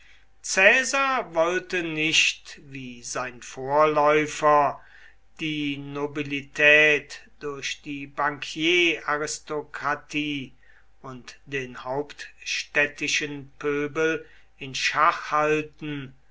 caesar wollte nicht wie sein vorläufer die nobilität durch die bankieraristokratie und den hauptstädtischen pöbel in schach halten